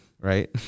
right